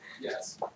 Yes